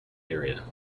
area